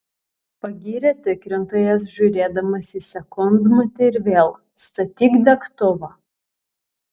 pagyrė tikrintojas žiūrėdamas į sekundmatį ir vėl statyk degtuvą